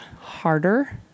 harder